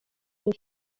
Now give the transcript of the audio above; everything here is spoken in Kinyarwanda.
bwo